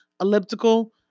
elliptical